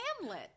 Hamlet